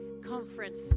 Conference